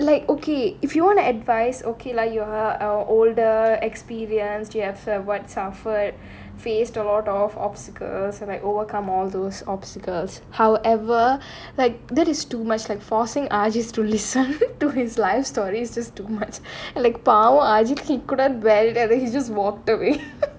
like okay if you want to advice okay lah you're older experience you have a what suffered faced a lot of obstacles and like overcome all those obstacles however like that is too much like forcing ajeedh to listen to his life stories is just too much like பாவம்:paavam ajeedh he couldn't bare itand he just walked away